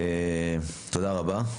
אוקיי, תודה רבה.